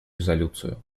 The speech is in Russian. резолюцию